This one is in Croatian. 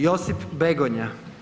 Josip Begonja.